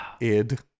id